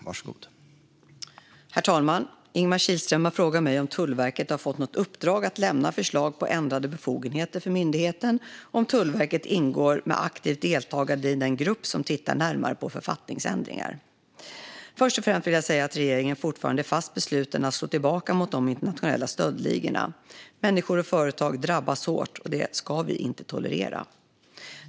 Herr talman! har frågat mig om Tullverket har fått något uppdrag att lämna förslag på ändrade befogenheter för myndigheten och om Tullverket ingår med aktivt deltagande i den grupp som tittar närmare på författningsändringar. Först och främst vill jag säga att regeringen fortfarande är fast besluten att slå tillbaka mot de internationella stöldligorna. Människor och företag drabbas hårt, och det ska vi inte tolerera.